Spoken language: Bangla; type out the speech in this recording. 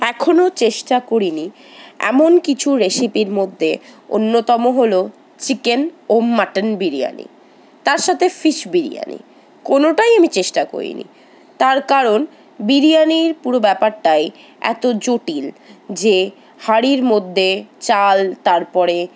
এখনও চেষ্টা করিনি এমন কিছু রেসিপির মধ্যে অন্যতম হল চিকেন ও মাটন বিরিয়ানি তার সাথে ফিশ বিরিয়ানি কোনোটাই আমি চেষ্টা করিনি তার কারণ বিরিয়ানির পুরো ব্যাপারটাই এত জটিল যে হাঁড়ির মধ্যে চাল তারপরে